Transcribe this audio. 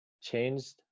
changed